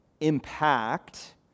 impact